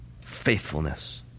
faithfulness